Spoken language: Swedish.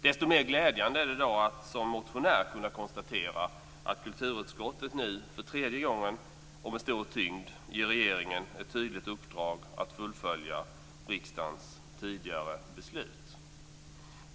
Desto mer glädjande är det att som motionär kunna konstatera att kulturutskottet nu för tredje gången och med stor tyngd ger regeringen ett tydligt uppdrag att fullfölja riksdagens tidigare beslut.